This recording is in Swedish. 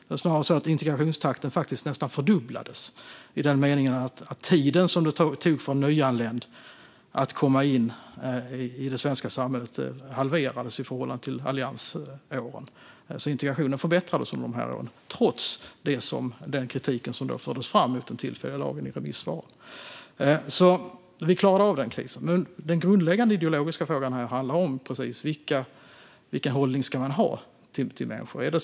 Integrationstakten fördubblades faktiskt nästan i den meningen att den tid som det tog för en nyanländ att komma in i det svenska samhället halverades i förhållande till alliansåren. Integrationen förbättrades alltså under de här åren, trots den kritik som då fördes fram mot den tillfälliga lagen i remissvaren. Vi klarade alltså av den krisen. Men den grundläggande ideologiska frågan här handlar om vilken hållning man ska ha till människor.